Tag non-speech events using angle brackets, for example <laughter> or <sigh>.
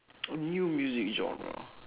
<noise> a new music genre